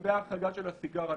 לגבי ההחרגה של הסיגר.